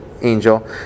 Angel